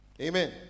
Amen